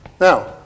Now